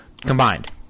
combined